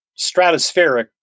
stratospheric